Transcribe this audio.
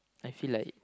I feel like